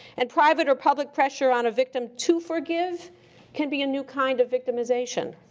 and private or public pressure on a victim to forgive can be a new kind of victimization,